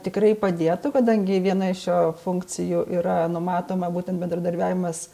tikrai padėtų kadangi viena iš jo funkcijų yra numatoma būtent bendradarbiavimas